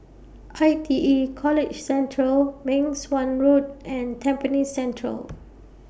I T E College Central Meng Suan Road and Tampines Central